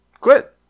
Quit